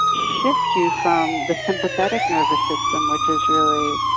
shift you from the sympathetic nervous system which is really